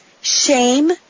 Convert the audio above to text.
Shame